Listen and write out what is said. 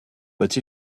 but